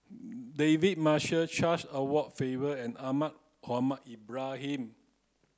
David Marshall Charles Edward Faber and Ahmad Mohamed Ibrahim